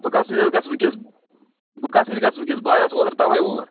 بہٕ کَس نِش حظ گَژھٕ وُن کٮ۪س بہٕ کَس نِش گَژھٕ وُنکٮ۪س بہٕ آیاس اوترٕ تَوے اور